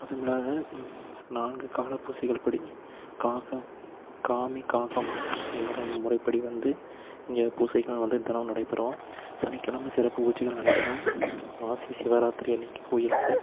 அதுவும் இல்லாத நான்கு கால பூஜைகள் படி காகா காமி காகம் என்கிற முறைப்படி வந்து இங்கே பூஜைகள் வந்து தினம் நடைபெறும் சனிக்கிழம சிறப்பு பூஜைகள் நடைபெறும் மாசி சிவராத்திரி அன்றைக்கு கோயிலுக்கு